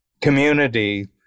community